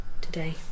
today